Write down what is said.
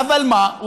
אבל מה,